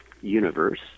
universe